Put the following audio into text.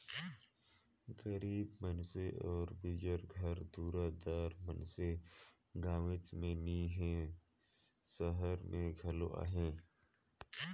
गरीब मइनसे अउ बिगर घर दुरा दार मइनसे गाँवेच में नी हें, सहर में घलो अहें